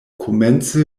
komence